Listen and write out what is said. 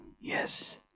yes